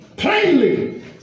plainly